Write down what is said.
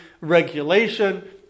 Regulation